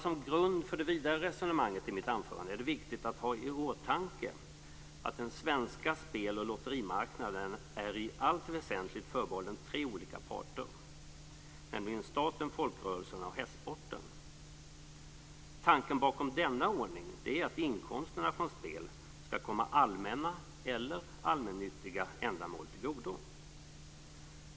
Som grund för det vidare resonemanget i mitt anförande är det viktigt att ha i åtanke att den svenska spel och lotterimarknaden i allt väsentligt är förbehållen tre olika parter, nämligen staten, folkrörelserna och hästsporten. Tanken bakom denna ordning är att inkomsterna från spel skall komma allmänna eller allmännyttiga ändamål till godo.